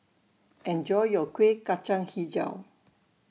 Enjoy your Kuih Kacang Hijau